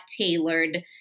tailored